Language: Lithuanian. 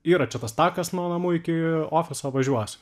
yra čia tas takas nuo namų iki ofiso važiuosiu